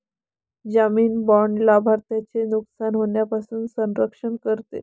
जामीन बाँड लाभार्थ्याचे नुकसान होण्यापासून संरक्षण करते